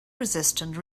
resistant